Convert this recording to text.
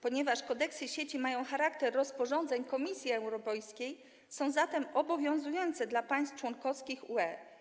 Ponieważ kodeksy sieci mają charakter rozporządzeń Komisji Europejskiej, są zatem obowiązujące dla państw członkowskich UE.